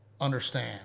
understand